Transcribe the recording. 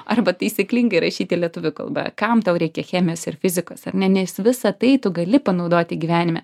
arba taisyklingai rašyti lietuvių kalba kam tau reikia chemijos ir fizikos ar ne nes visa tai tu gali panaudoti gyvenime